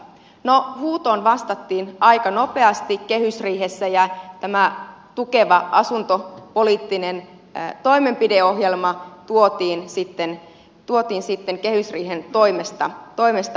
no huutoon vastattiin aika nopeasti kehysriihessä ja tämä tukeva asuntopoliittinen toimenpideohjelma tuotiin sitten kehysriihen toimesta eteenpäin